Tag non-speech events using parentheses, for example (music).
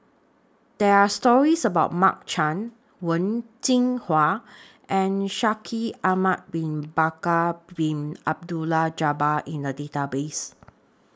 There Are stories about Mark Chan Wen Jinhua (noise) and Shaikh Ahmad Bin Bakar Bin Abdullah Jabbar in The Database